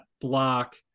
block